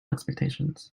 expectations